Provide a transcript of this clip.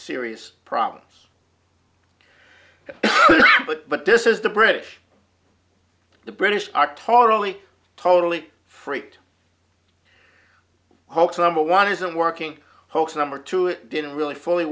serious problems but this is the british the british are totally totally freaked hoax number one isn't working hoax number two it didn't really fully